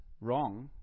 wrong